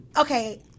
Okay